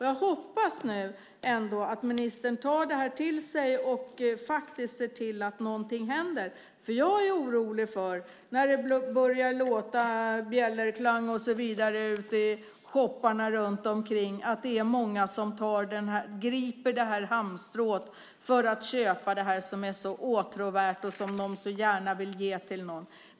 Jag hoppas att ministern nu ändå tar detta till sig och faktiskt ser till att någonting händer. Jag är nämligen orolig för att många när de börjar höra Bjällerklang och så vidare ute i shopparna griper detta halmstrå för att köpa det som är så åtråvärt och som de så gärna vill ge till någon.